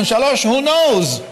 2023. Who knows?.